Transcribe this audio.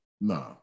No